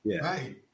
right